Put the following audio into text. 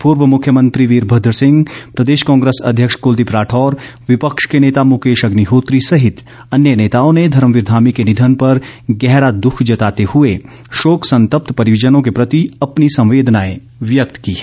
पूर्व मुख्यमंत्री वीरभद्र सिंह प्रदेश कांग्रेस अध्यक्ष कुलदीप राठौर विपक्ष के नेता मुकेश अग्निहोत्री सहित अन्य नेताओं ने धर्मवीर धामी के निधन पर गहरा दुख जताते हुए शोक संतप्त परिजनों के प्रति अपनी संवेदनाएं व्यक्त की हैं